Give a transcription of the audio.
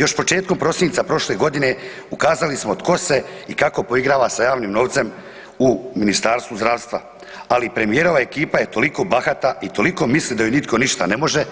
Još početkom prosinca prošle godine ukazali smo tko se i kako poigrava sa javnim novcem u Ministarstvu zdravstva, ali premijerova ekipa je toliko bahata i toliko mislim da ju nitko ništa ne može